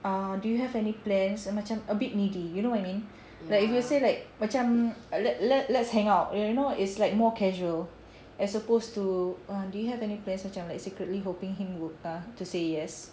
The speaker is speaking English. err do you have any plans macam a bit needy you know what I mean like if you will say like macam err let let let's hang out you know it's like more casual as opposed to err do you have any plans macam like secretly hoping him would to say yes